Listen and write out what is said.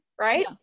Right